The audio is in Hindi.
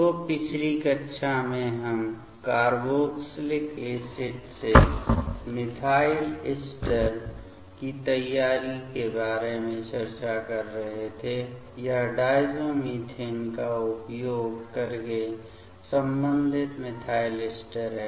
तो पिछली कक्षा में हम कार्बोक्जिलिक एसिड से मिथाइल एस्टर की तैयारी के बारे में चर्चा कर रहे थे यह डायज़ोमिथेन का उपयोग करके संबंधित मिथाइल एस्टर है